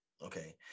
Okay